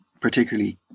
particularly